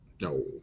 no